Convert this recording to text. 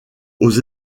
aux